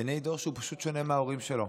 בעיני דור שהוא שונה מההורים שלו,